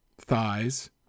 Thighs